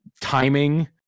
timing